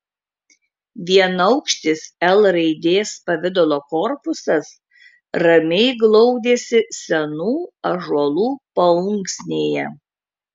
vienaukštis l raidės pavidalo korpusas ramiai glaudėsi senų ąžuolų paunksnėje